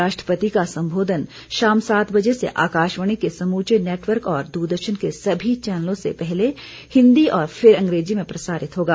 राष्ट्रपति का संबोधन शाम सात बजे से आकाशवाणी के समूचे नेटवर्क और दूरदर्शन के सभी चैनलों से पहले हिन्दी और फिर अंग्रेजी में प्रसारित होगा